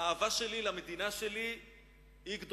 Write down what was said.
האהבה שלי למדינה שלי גדולה.